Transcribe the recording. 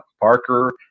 Parker